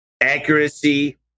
accuracy